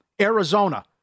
Arizona